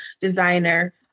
designer